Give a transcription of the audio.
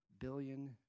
billion